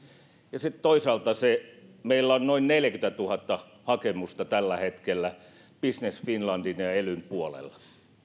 kohdentamaan sitten toisaalta meillä on noin neljäkymmentätuhatta hakemusta tällä hetkellä business finlandin ja elyn puolella